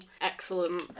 excellent